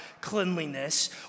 cleanliness